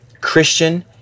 Christian